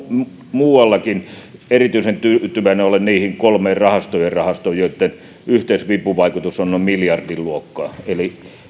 muuallakin erityisen tyytyväinen olen niihin kolmeen rahastojen rahastoon joitten yhteisvipuvaikutus on noin miljardin luokkaa eli